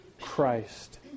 Christ